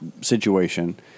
situation